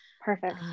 Perfect